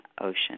ocean